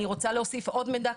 אני רוצה להוסיף עוד מידע,